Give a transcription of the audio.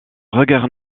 regard